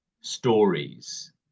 stories